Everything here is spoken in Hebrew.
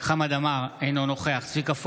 חמד עמאר, אינו נוכח צביקה פוגל,